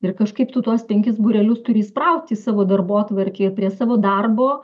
ir kažkaip tu tuos penkis būrelius turi įsprausti į savo darbotvarkę ir prie savo darbo